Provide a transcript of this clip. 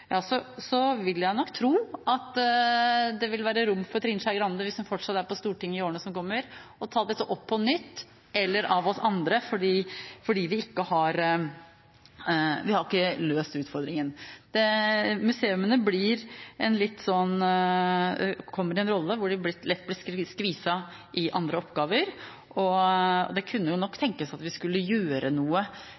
ja, så vil jeg nok tro at det vil være rom for Trine Skei Grande, hvis hun fortsatt er på Stortinget i årene som kommer, eller for oss andre, til å ta dette opp på nytt fordi vi ikke har løst utfordringen. Museene kommer i en rolle hvor de lett blir skviset i andre oppgaver, og det kunne nok tenkes at vi skulle gjøre noe